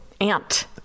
Ant